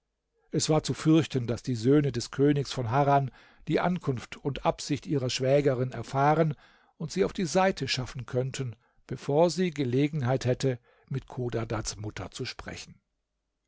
es war zu fürchten daß die söhne des königs von harran die ankunft und absicht ihrer schwägerin erfahren und sie auf die seite schaffen könnten bevor sie gelegenheit hätte mit chodadads mutter zu sprechen